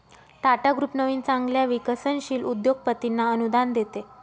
Tata group नवीन चांगल्या विकसनशील उद्योगपतींना अनुदान देते